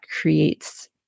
creates